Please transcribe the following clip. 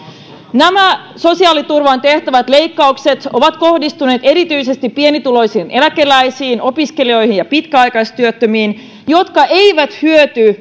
nämä sosiaaliturvaan tehtävät leikkaukset ovat kohdistuneet erityisesti pienituloisiin eläkeläisiin opiskelijoihin ja pitkäaikaistyöttömiin jotka eivät hyödy